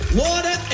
water